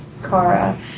Kara